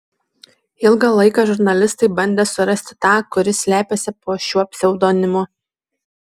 ilgą laiką žurnalistai bandė surasti tą kuris slepiasi po šiuo pseudonimu